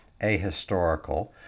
ahistorical